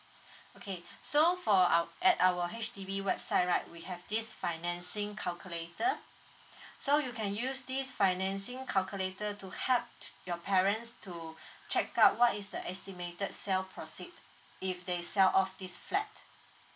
okay so for our at our H_D_B website right we have this financing calculator so you can use this financing calculator to help your parents to check out what is the estimated sell proceed if they sell off this flat